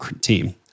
team